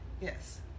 Yes